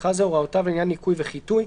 ובכלל זה הוראותיו לעניין ניקוי וחיטוי,